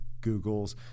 Googles